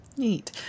Neat